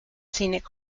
scenic